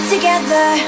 Together